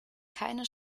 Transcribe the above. keine